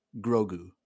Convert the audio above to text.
Grogu